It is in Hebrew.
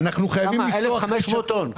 1,500 טון.